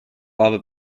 lava